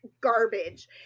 garbage